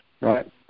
right